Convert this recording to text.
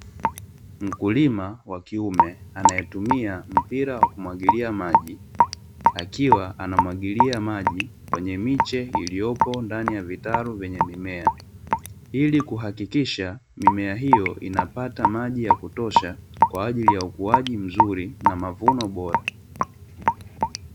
Mkulima wa kiume anaetumia mpira wa kumwagilia maji, akiwa anamwagilia maji kwenye miche iliyopo ndani ya vitaru vyenye mimea, ili kuhakikisha mimea hio inapata maji ya kutosha kwa ajili ya ukuaji mzuri na mavuno bora.